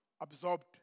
absorbed